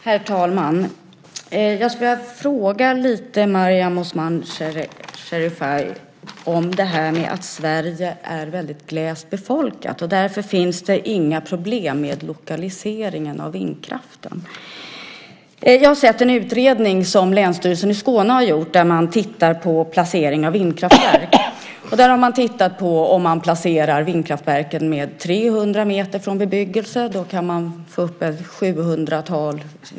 Herr talman! Jag skulle vilja fråga Mariam Osman Sherifay lite grann om detta att Sverige är väldigt glest befolkat och att det därför inte finns några problem med lokalisering av vindkraftverken. Jag har sett en utredning som Länsstyrelsen i Skåne har gjort där man tittar på placering av vindkraftverk. Om man placerar vindkraftverken 300 meter från bebyggelse kan man sätta upp ca 700 vindkraftverk.